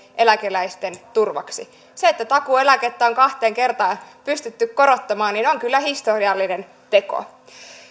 pienituloisimpien eläkeläisten turvaksi se että takuueläkettä on kahteen kertaan pystytty korottamaan on kyllä historiallinen teko